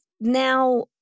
now